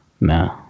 No